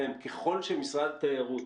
אם משרד התיירות